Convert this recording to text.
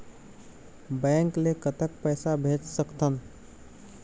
Bank ले कतक पैसा भेज सकथन?